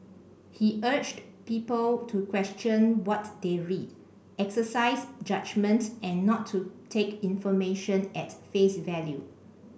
he urged people to question what they read exercise judgement and not to take information at face value